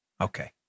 Okay